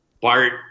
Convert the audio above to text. Bart